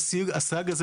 הפנייה השנייה,